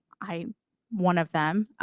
i am one of them,